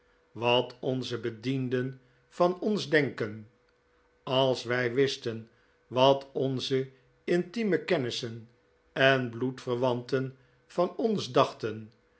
wat onze bedienden van ons denken als wij wisten wat onze intieme kennissen en bloedverwanten van ons dachten